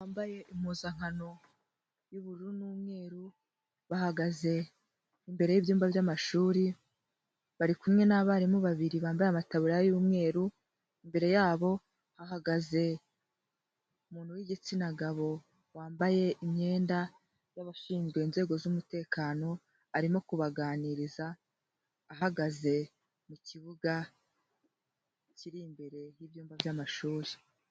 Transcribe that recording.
Aba bambaye impuzankano y'ubururu n'umweru bahagaze imbere y'ibyumba by'amashuri, bari kumwe n'abarimu babiri bambaye amatabuye y'umweru, imbere yabo, hahagaze umuntu wi'igitsina gabo wambaye imyenda y'abashinzwe inzego z'umutekano, arimo kubaganiriza, ahagaze mu kibuga kiri imbere y'ibyumba by'amashuri.